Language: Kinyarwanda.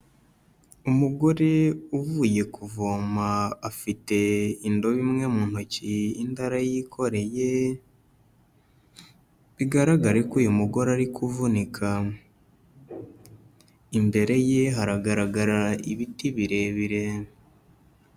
Umugore uvuye kuvoma afite indobo imwe mu ntoki indi arayikoreye, bigaragare ko uyu mugore ari kuvunika, imbere ye haragaragara ibiti birebire.